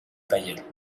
taller